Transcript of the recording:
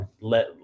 let